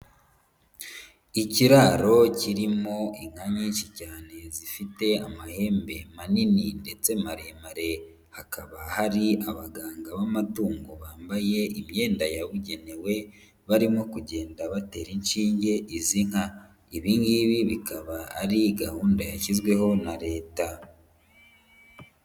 Ikiraro kirimo inka nyinshi cyane zifite amahembe manini ndetse maremare, hakaba hari abaganga b'amatungo bambaye imyenda yabugenewe barimo kugenda batera inshinge izi nka. Ibingibi bikaba ari gahunda yashyizweho na leta.